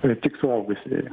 tai tik suaugusieji